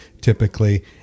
typically